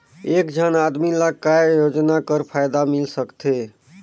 एक झन आदमी ला काय योजना कर फायदा मिल सकथे?